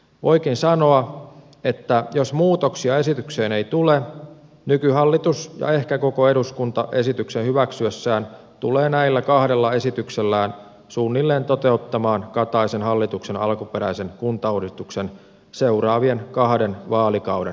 voikin sanoa että jos muutoksia esitykseen ei tule nykyhallitus ja ehkä koko eduskunta esityksen hyväksyessään tulee näillä kahdella esityksellään suunnilleen toteuttamaan kataisen hallituksen alkuperäisen kuntauudistuksen seuraavien kahden vaalikauden aikana